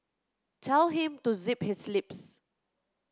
tell him to zip his lips